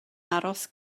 aros